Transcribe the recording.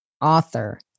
author